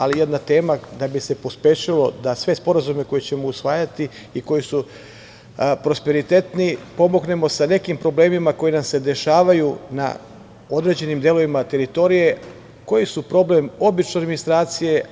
Ali jedna tema da bi se pospešilo da sve sporazume koje ćemo usvajati i koji su prosperitetni pomognemo sa nekim problemima koji nam se dešavaju na određenim delovima teritorije, koji su problem obične administracije.